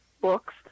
books